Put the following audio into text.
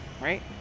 right